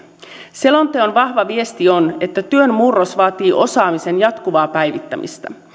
selonteon vahva viesti on että työn murros vaatii osaamisen jatkuvaa päivittämistä